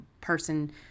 person